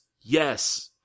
yes